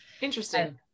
Interesting